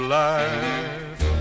life